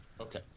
okay